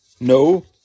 No